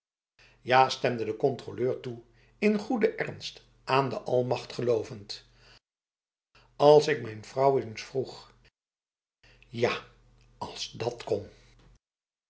ja stemde de controleur toe in goede ernst aan de almacht gelovend als ik mijn vrouw eens vroeg ja als dat kon